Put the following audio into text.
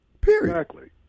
period